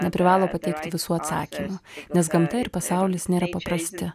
neprivalo pateikti visų atsakymų nes gamta ir pasaulis nėra paprasti